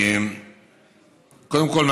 קודם כול,